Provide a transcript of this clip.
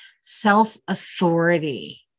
self-authority